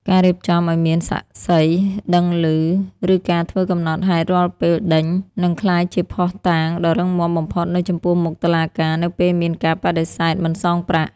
ការរៀបចំឱ្យមាន "សាក្សី" ដឹងឮ ឬការធ្វើកំណត់ហេតុរាល់ពេលដេញ នឹងក្លាយជាភស្តុតាងដ៏រឹងមាំបំផុតនៅចំពោះមុខតុលាការ នៅពេលមានការបដិសេធមិនសងប្រាក់។